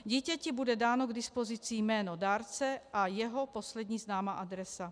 Dítěti bude dáno k dispozici jméno dárce a jeho poslední známá adresa.